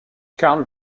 carl